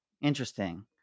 Interesting